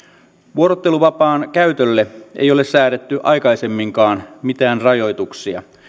vuorotteluvapaan käytölle ei ole säädetty aikaisemminkaan mitään rajoituksia